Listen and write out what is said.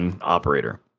operator